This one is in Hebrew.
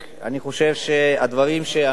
אני חושב שהדברים שאנחנו,